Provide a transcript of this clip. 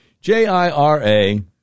J-I-R-A